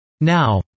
Now